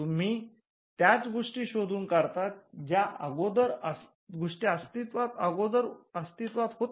तुम्ही त्याच गोष्टी शोधून काढतात ज्या गोष्टी अगोदरच अस्तित्वात होत्या